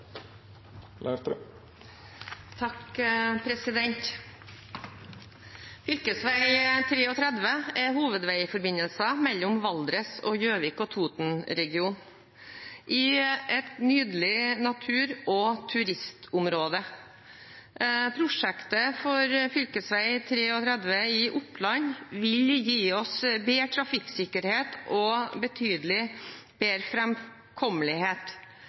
et nydelig natur- og turistområde. Prosjektet for fv. 33 i Oppland vil gi oss bedre trafikksikkerhet og betydelig bedre